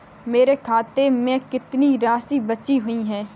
मेरे खाते में कितनी राशि बची हुई है?